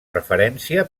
referència